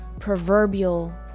proverbial